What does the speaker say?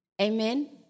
Amen